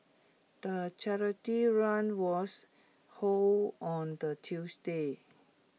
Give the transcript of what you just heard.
the charity run was hold on the Tuesday